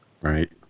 right